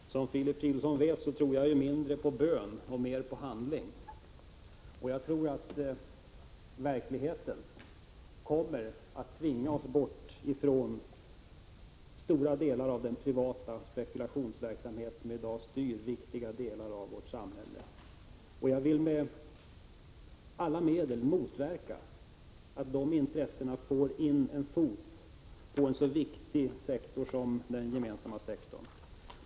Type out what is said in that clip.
Herr talman! Som Filip Fridolfsson vet tror jag mindre på bön och mer på handling. Jag tror att verkligheten kommer att tvinga oss bort från stora delar av den privata spekulationsverksamhet som i dag styr viktiga delar av vårt samhälle. Jag vill med alla medel motverka att dessa intressen får in en fot på en så viktig sektor som den gemensamma sektorn.